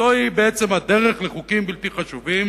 זוהי בעצם הדרך לחוקים בלתי חשובים,